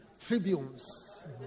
tribunes